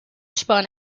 spun